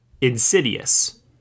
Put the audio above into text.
Insidious